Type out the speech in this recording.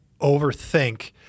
overthink